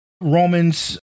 Romans